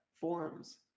forms